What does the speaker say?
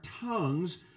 tongues